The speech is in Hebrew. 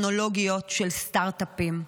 טכנולוגיות של סטרטאפים.